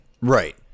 Right